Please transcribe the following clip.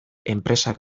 enpresak